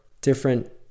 different